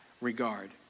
regard